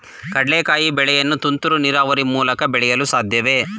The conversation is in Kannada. ಕಡ್ಲೆಕಾಯಿ ಬೆಳೆಯನ್ನು ತುಂತುರು ನೀರಾವರಿ ಮೂಲಕ ಬೆಳೆಯಲು ಸಾಧ್ಯವೇ?